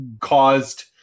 caused